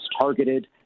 targeted